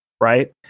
right